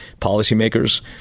policymakers